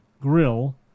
Grill